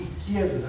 izquierda